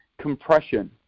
compression